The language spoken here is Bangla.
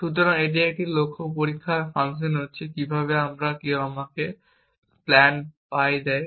সুতরাং এখন একটি লক্ষ্য পরীক্ষা ফাংশন হচ্ছে কিভাবে আমি এবং কেউ আমাকে একটি প্ল্যান পাই দেয়